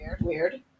weird